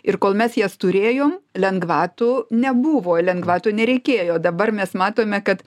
ir kol mes jas turėjom lengvatų nebuvo lengvatų nereikėjo dabar mes matome kad